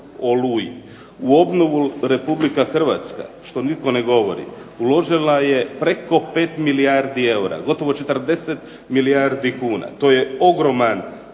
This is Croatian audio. Oluji. U obnovu Republika Hrvatska, što nitko ne govori, uložila je preko 5 milijardi eura, gotovo 40 milijardi kuna. To je ogroman